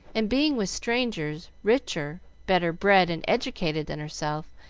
and being with strangers richer, better bred and educated than herself,